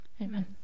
Amen